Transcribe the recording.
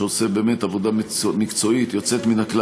שעושה באמת עבודה מקצועית יוצאת מן הכלל.